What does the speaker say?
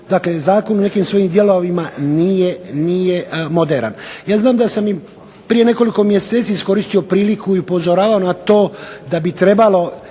dakle zakon u nekim svojim dijelovima nije moderan. Ja znam da sam i prije nekoliko mjeseci iskoristio priliku i upozoravao na to da bi trebalo